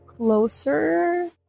closer